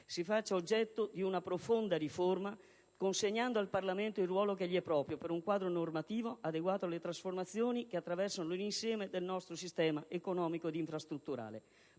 Si faccia oggetto di una profonda riforma, consegnando al Parlamento il ruolo che gli è proprio, per un quadro normativo adeguato alle trasformazioni che attraversano l'insieme del nostro sistema economico ed infrastrutturale.